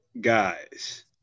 guys